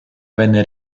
venne